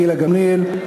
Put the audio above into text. גילה גמליאל,